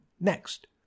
next